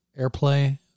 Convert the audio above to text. airplay